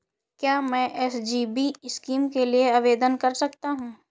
क्या मैं SGB scheme के लिए आवेदन कर सकता हूँ?